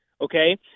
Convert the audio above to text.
okay